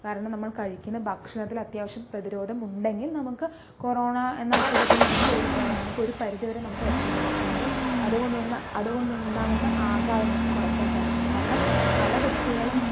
കാരണം നമ്മൾ കഴിക്കുന്ന ഭക്ഷണത്തിൽ അത്യാവശ്യം പ്രതിരോധം ഉണ്ടെങ്കിൽ നമുക്ക് കൊറോണ എന്ന അസുഖത്തിൽ നിന്ന് നമുക്ക് ഒരു നമുക്ക് ഒരു പരിധി വരെ നമുക്ക് രക്ഷപ്പെടാം അല്ലെങ്കിൽ അതുകൊണ്ടുന്ന അതുകൊണ്ട് ഉണ്ടാകുന്ന ആഘാതം നമുക്ക് കുറക്കാൻ സാധിക്കും കാരണം പല വ്യക്തികളും